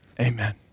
Amen